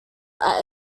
are